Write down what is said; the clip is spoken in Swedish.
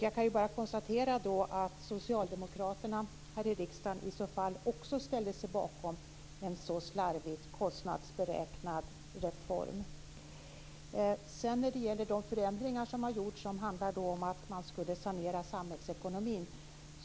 Jag kan bara konstatera att socialdemokraterna här i riksdagen i så fall också ställde sig bakom en slarvigt kostnadsberäknad reform. Så till de förändringar som har gjorts, som handlar om att man skulle sanera samhällsekonomin.